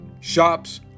shops